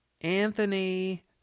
Anthony